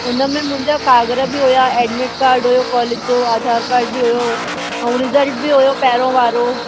हुनमें मुंहिंजा काग़र बि हुया एडमिट काड बि हुयो कॉलेज जो आधार काड बि हुयो ऐं रिज़ल्ट बि हुयो पहिरियों वारो